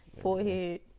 forehead